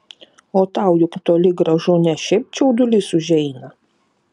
o tau juk toli gražu ne šiaip čiaudulys užeina